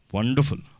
Wonderful